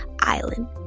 Island